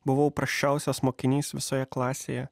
buvau prasčiausias mokinys visoje klasėje